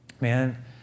Man